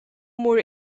more